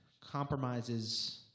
compromises